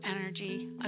Energy